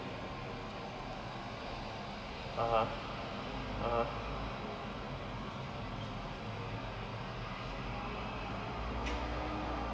(uh huh) (uh huh)